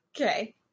Okay